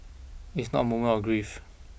it's not a moment of grief